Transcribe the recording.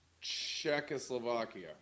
Czechoslovakia